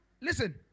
listen